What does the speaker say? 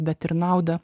bet ir naudą